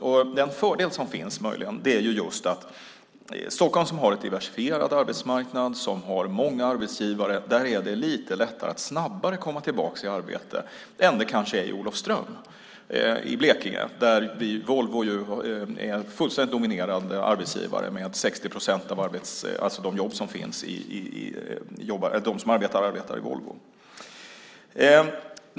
Den fördel som möjligen finns är att det i Stockholm, som har en diversifierad arbetsmarknad med många arbetsgivare, är lite lättare att snabbt komma tillbaka i arbete än det kanske är i Olofström i Blekinge, där Volvo är fullständigt dominerande arbetsgivare med 60 procent av de jobb som finns. De som arbetar gör det i Volvo, kan man säga.